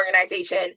organization